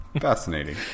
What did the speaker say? fascinating